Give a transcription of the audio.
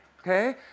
Okay